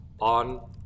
on